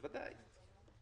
בוודאי.